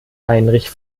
heinrich